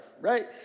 right